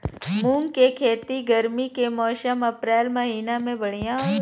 मुंग के खेती गर्मी के मौसम अप्रैल महीना में बढ़ियां होला?